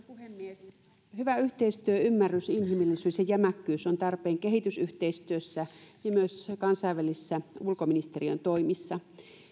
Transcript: puhemies hyvä yhteistyö ymmärrys inhimillisyys ja jämäkkyys ovat tarpeen kehitysyhteistyössä ja myös kansainvälisissä ulkoministeriön toimissa